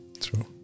True